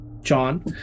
John